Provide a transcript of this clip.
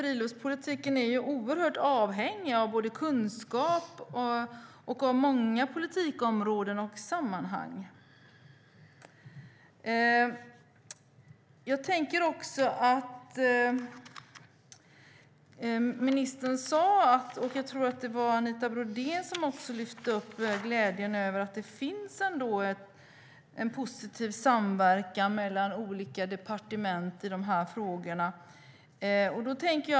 Friluftslivspolitiken är ju avhängig av både kunskap och många andra politikområden. Ministern och Anita Brodén lyfte fram glädjen över att det finns en positiv samverkan mellan olika departement i dessa frågor.